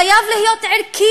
חייב להיות ערכי,